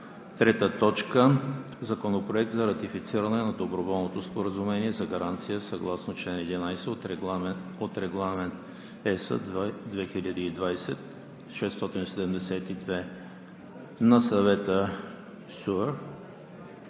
Летифов. 3. Законопроект за ратифициране на Доброволното споразумение за гаранция съгласно чл. 11 от Регламент (ЕС) 2020/672 на Съвета SURE